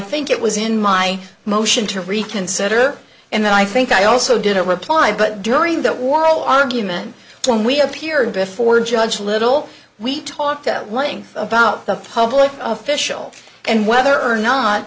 think it was in my motion to reconsider and i think i also didn't reply but during that war all argument when we appeared before judge little we talked at length about the public official and whether or not